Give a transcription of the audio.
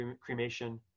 cremation